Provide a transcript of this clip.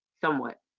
somewhat